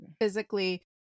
physically